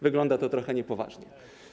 Wygląda to trochę niepoważnie.